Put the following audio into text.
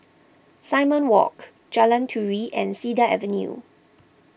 Simon Walk Jalan Turi and Cedar Avenue